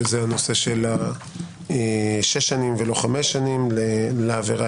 הנושא של שש שנים ולא חמש שנים לעבירה